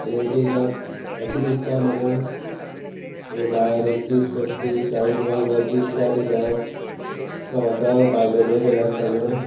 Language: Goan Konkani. आनी एक एकदां अशी दिसता मना भायर तीस पस्तीस चाळीस वा म्हळ्यार तीन चार दिसा प्रवासाक भायर दर्या गेल्या आसतना